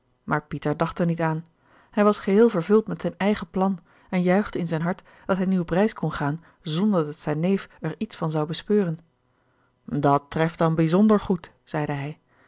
maar pieter dacht er niet aan hij was geheel vervuld met zijn eigen plan en juichte in zijn hart dat hij nu op reis kon gaan zonder dat zijn neef er iets van zou bespeuren dat treft dan bijzonder goed zeide hij